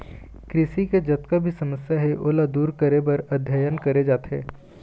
कृषि के जतका भी समस्या हे ओला दूर करे बर अध्ययन करे जाथे